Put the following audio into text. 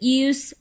use